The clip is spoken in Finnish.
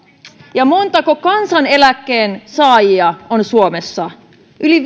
ja montako kansaneläkkeen saajaa on suomessa yli